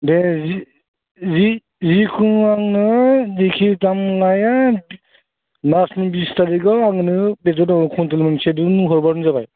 दे जि जि जिकुनु आंनो जिखि दाम लाया मार्सनि बिस थारिखआव आंनो बेदरखौ कुइन्टेल मोनसे नों हरब्लानो जाबाय